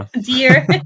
Dear